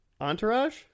entourage